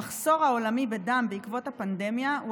המחסור העולמי בדם בעקבות הפנדמיה הוא